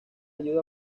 ayuda